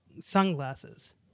sunglasses